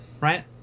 right